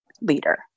leader